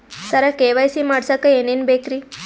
ಸರ KYC ಮಾಡಸಕ್ಕ ಎನೆನ ಬೇಕ್ರಿ?